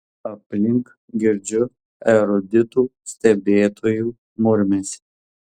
aplink girdžiu eruditų stebėtojų murmesį